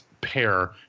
pair